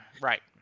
Right